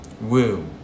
Woo